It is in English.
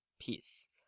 peace